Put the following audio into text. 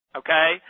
okay